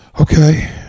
Okay